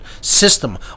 system